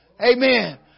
Amen